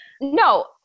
no